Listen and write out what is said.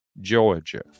Georgia